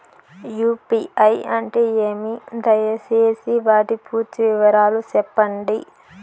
UPI అంటే ఏమి? దయసేసి వాటి పూర్తి వివరాలు సెప్పండి?